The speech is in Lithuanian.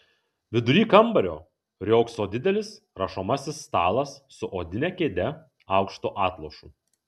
vidury kambario riogso didelis rašomasis stalas su odine kėde aukštu atlošu